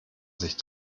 sich